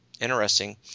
interesting